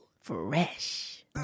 Fresh